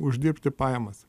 uždirbti pajamas